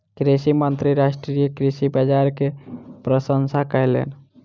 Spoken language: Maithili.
कृषि मंत्री राष्ट्रीय कृषि बाजार के प्रशंसा कयलैन